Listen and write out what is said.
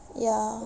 ya